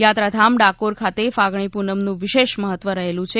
યાત્રાધામ ડાકોર ખાતે ફાગણી પૂનમનું વિશેષ મહત્વ રહેલું છે